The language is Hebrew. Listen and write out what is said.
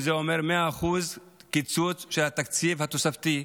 שזה אומר 100% קיצוץ של התקציב התוספתי,